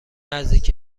نزدیک